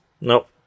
Nope